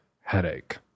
headache